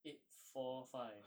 eight four five